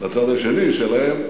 בצד השני, שלהם עלינו.